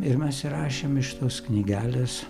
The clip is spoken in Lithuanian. ir mes įrašėm iš tos knygelės